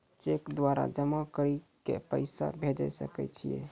Cheque द्वारा जमा करि के पैसा भेजै सकय छियै?